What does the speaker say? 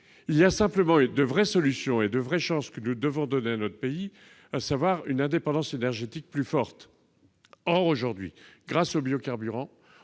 mais simplement de vraies solutions et de vraies chances que nous devons donner à notre pays, en lui offrant une indépendance énergétique plus forte. Or, grâce aux biocarburants,